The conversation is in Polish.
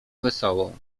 wesołą